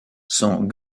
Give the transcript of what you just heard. sont